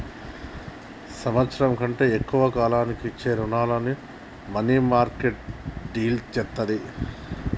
సంవత్సరం కంటే తక్కువ కాలానికి ఇచ్చే రుణాలను మనీమార్కెట్ డీల్ చేత్తది